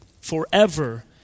forever